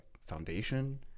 foundation